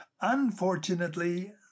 Unfortunately